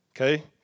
Okay